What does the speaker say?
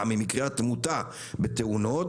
ממקרי התמותה בתאונות.